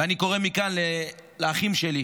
ואני קורא מכאן לאחים שלי,